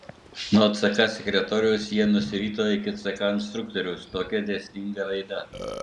nuo ck sekretoriaus jie nusirito iki ck instruktoriaus tokia dėsninga raida